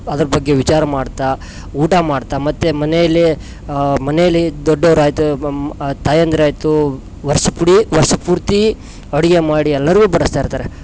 ಅದರ ಬಗ್ಗೆ ವಿಚಾರ ಮಾಡ್ತಾ ಊಟ ಮಾಡ್ತಾ ಮತ್ತು ಮನೆಯಲ್ಲಿ ಮನೆಯಲ್ಲಿ ದೊಡ್ಡವರಾಯಿತು ತಾಯಂದಿರು ಆಯಿತು ವರ್ಸ ಪುಡೀ ವರ್ಷ ಪೂರ್ತಿ ಅಡಿಗೆ ಮಾಡಿ ಎಲ್ಲರಿಗು ಬಡಿಸ್ತಾ ಇರ್ತಾರೆ